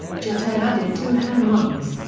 jeter added two home runs,